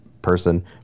person